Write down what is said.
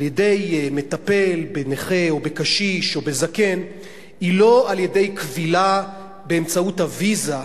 על-ידי מטפל בנכה או בקשיש או בזקן היא לא על-ידי כבילה באמצעות הוויזה,